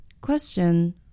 Question